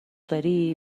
داری